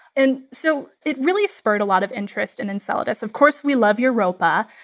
and so it really spurred a lot of interest in enceladus. of course, we love europa,